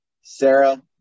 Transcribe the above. Sarah